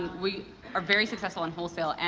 we are very successful in wholesale. and